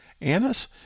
Annas